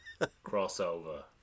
Crossover